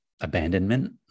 abandonment